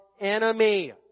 enemy